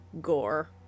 gore